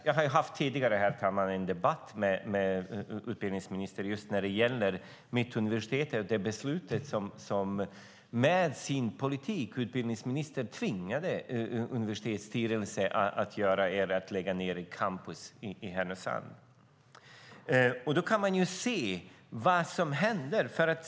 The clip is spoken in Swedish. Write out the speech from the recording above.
Jag har tidigare haft en debatt med utbildningsministern just när det gäller Mittuniversitetet, vars universitetsstyrelse utbildningsministern med sin politik tvingade att lägga ned campus i Härnösand. Vi kan se vad som händer.